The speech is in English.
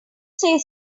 said